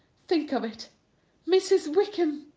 think of it mrs. wickham!